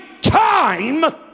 time